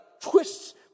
twists